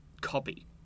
copy